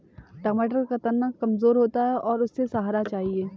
टमाटर का तना कमजोर होता है और उसे सहारा चाहिए